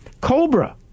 Cobra